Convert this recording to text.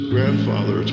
Grandfather